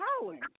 howling